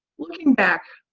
looking back,